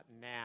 now